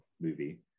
movie